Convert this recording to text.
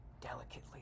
delicately